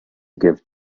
give